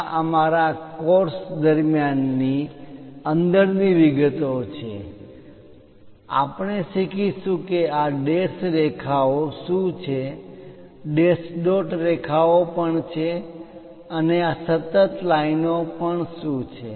આ અમારા કોર્સ દરમ્યાન ની અંદર ની વિગતો છે આપણે શીખીશું કે આ ડેશ રેખા ઓ લાઈનો શું છે અને ડેશ ડોટ રેખાઓ પણ છે અને આ સતત લાઈનો પણ શું છે